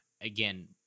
again